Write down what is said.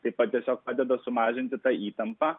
taip pat tiesiog padeda sumažinti tą įtampą